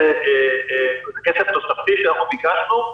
כסף תוספתי שאנחנו ביקשנו.